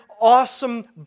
awesome